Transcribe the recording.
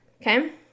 okay